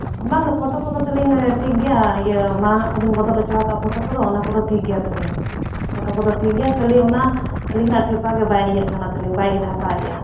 ᱵᱟᱝ ᱜᱮ ᱯᱷᱳᱴᱳ ᱠᱚᱫᱚ ᱛᱟᱹᱞᱤᱧ ᱴᱷᱤᱠ ᱜᱮᱭᱟ ᱤᱭᱟᱹ ᱢᱟᱲᱟᱝᱟᱜ ᱠᱚᱞᱤᱧ ᱵᱚᱫᱚᱞ ᱚᱪᱚ ᱟᱠᱟᱫᱼᱟ ᱯᱷᱳᱴᱳ ᱠᱚᱫᱚ ᱚᱱᱟ ᱠᱚᱫᱚ ᱴᱷᱤᱠ ᱜᱮᱭᱟ ᱛᱟᱞᱤᱧ ᱯᱷᱚᱴᱳ ᱠᱚᱫᱚ ᱴᱷᱤᱠ ᱜᱮᱭᱟ ᱠᱷᱟᱞᱤ ᱚᱱᱟ ᱟᱹᱞᱤᱧᱟᱜ ᱴᱷᱮᱯᱟᱜᱮ ᱵᱟᱭ ᱤᱭᱟᱹᱜ ᱠᱟᱱᱟ ᱛᱟᱹᱞᱤᱧ ᱵᱟᱭ ᱤᱫᱤ ᱦᱟᱛᱟᱣᱮᱜᱼᱟ